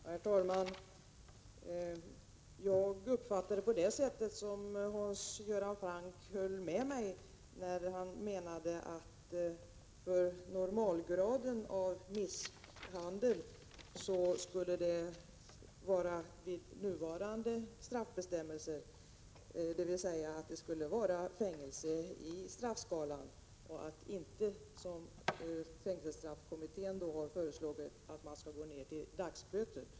Herr talman! Jag uppfattade det som att Hans Göran Franck höll med mig när han menade att nuvarande straffbestämmelser skulle kvarstå för normalgraden av misshandel, dvs. att fängelsestraff skulle finnas med i straffskalan. Man skulle således inte som fängelsestraffkommittén har föreslagit gå ned till dagsböter.